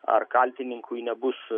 ar kaltininkui nebus